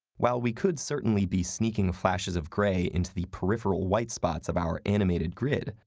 while we could certainly be sneaking flashes of grey into the peripheral white spots of our animated grid,